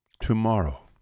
Tomorrow